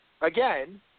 Again